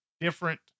different